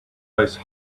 ice